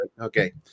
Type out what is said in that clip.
Okay